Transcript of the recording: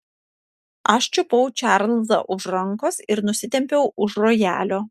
aš čiupau čarlzą už rankos ir nusitempiau už rojalio